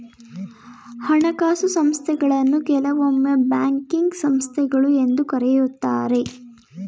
ಹಣಕಾಸು ಸಂಸ್ಥೆಗಳನ್ನು ಕೆಲವೊಮ್ಮೆ ಬ್ಯಾಂಕಿಂಗ್ ಸಂಸ್ಥೆಗಳು ಎಂದು ಕರೆಯುತ್ತಾರೆ